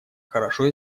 хорошо